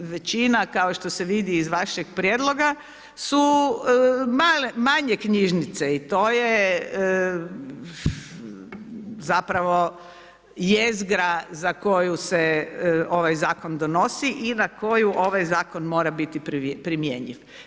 Većina kao što se vidi iz vašeg prijedloga su manje knjižnice i to je zapravo jezgra za koju se ovaj zakon donosi i na koju ovaj zakon mora biti primjenjiv.